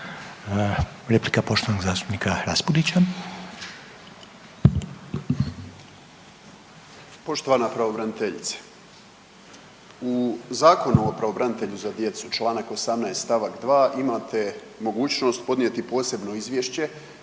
Replika poštovanog zastupnika Raspudića. **Raspudić, Nino (Nezavisni)** Poštovana pravobraniteljice. U Zakonu o pravobranitelju za djecu čl. 18. st. 2. imate mogućnost podnijeti posebno izvješće